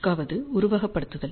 நான்காவது உருவகப்படுத்துதல்